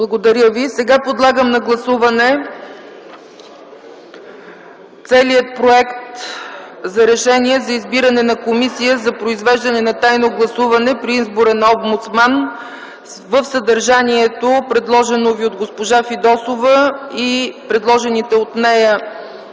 е прието. Сега подлагам на гласуване целия проект за Решение за избиране на Комисия за провеждане на тайно гласуване при избора на омбудсман със съдържанието, предложено ви от госпожа Фидосова, с предложените от нея